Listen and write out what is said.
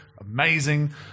amazing